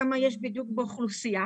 אוקי,